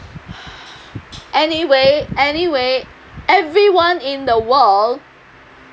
anyway anyway everyone in the world